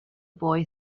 boy